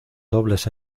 dobles